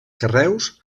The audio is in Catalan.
carreus